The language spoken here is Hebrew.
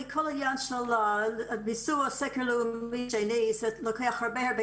כל העניין של ביצוע סקר לאומי שני זה לוקח הרבה רבה